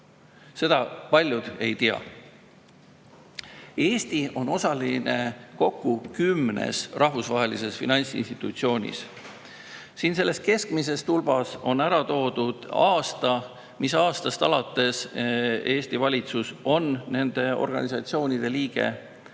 Seda paljud ei tea. Eesti on osaline kokku kümnes rahvusvahelises finantsinstitutsioonis. Selles keskmises tulbas on ära toodud, mis aastast alates on Eesti valitsus olnud nende organisatsioonide liige,